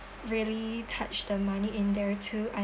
really touched the money in there too